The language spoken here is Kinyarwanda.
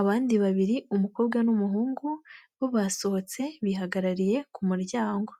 abandi babiri umukobwa n'umuhungu bo basohotse bihagarariye ku muryango.